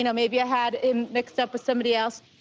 you know maybe i had him mixed up with somebody else.